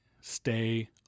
stay